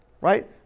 right